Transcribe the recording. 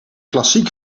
klassiek